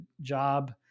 job